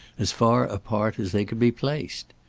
as far apart as they could be placed.